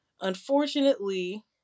Unfortunately